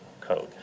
code